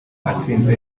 atsinze